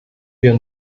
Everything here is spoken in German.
wir